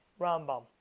Rambam